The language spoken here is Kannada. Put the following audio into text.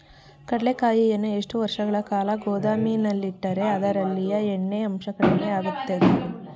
ಕಡ್ಲೆಕಾಯಿಯನ್ನು ಎಷ್ಟು ವರ್ಷಗಳ ಕಾಲ ಗೋದಾಮಿನಲ್ಲಿಟ್ಟರೆ ಅದರಲ್ಲಿಯ ಎಣ್ಣೆ ಅಂಶ ಕಡಿಮೆ ಆಗುತ್ತದೆ?